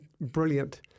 Brilliant